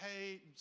hey